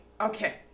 okay